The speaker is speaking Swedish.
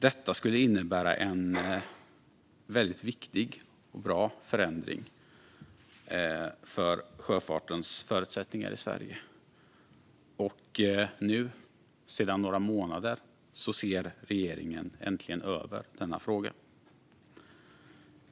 Detta skulle innebära en viktig och bra förändring av sjöfartens förutsättningar i Sverige. Regeringen ser nu äntligen sedan några månader över denna fråga.